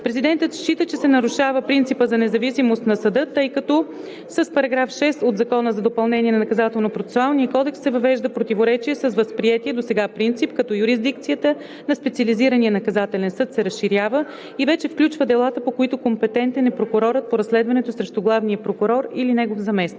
Президентът счита, че се нарушава принципът за независимост на съда, тъй като с § 6 от Закона за допълнение на Наказателно-процесуалния кодекс се въвежда противоречие с възприетия досега принцип, като юрисдикцията на Специализирания наказателен съд се разширява и вече включва делата, по които компетентен е прокурорът по разследването срещу главния прокурор или негов заместник.